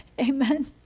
Amen